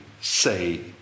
say